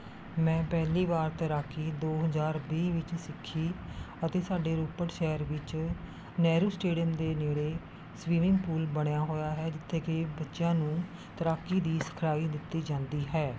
ਮੈਂ ਪਹਿਲੀ ਵਾਰ ਤੈਰਾਕੀ ਦੋ ਹਜ਼ਾਰ ਵੀਹ ਵਿੱਚ ਸਿੱਖੀ ਅਤੇ ਸਾਡੇ ਰੋਪੜ ਸ਼ਹਿਰ ਵਿੱਚ ਨਹਿਰੂ ਸਟੇਡੀਅਮ ਦੇ ਨੇੜੇ ਸਵੀਮਿੰਗ ਪੂਲ ਬਣਿਆ ਹੋਇਆ ਹੈ ਜਿੱਥੇ ਕਿ ਬੱਚਿਆਂ ਨੂੰ ਤੈਰਾਕੀ ਦੀ ਸਿਖਲਾਈ ਦਿੱਤੀ ਜਾਂਦੀ ਹੈ